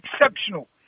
exceptional